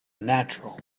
natural